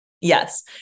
Yes